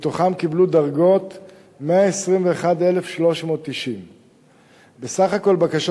מתוכם קיבלו דרגות 121,390. בסך הכול בקשות